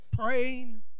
praying